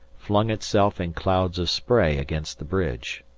flung itself in clouds of spray against the bridge.